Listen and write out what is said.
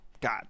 god